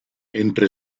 entre